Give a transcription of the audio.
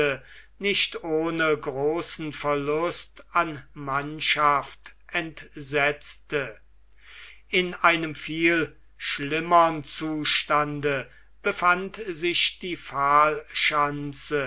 nicht ohne großen verlust an mannschaft entsetzte in einem viel schlimmern zustande befand sich die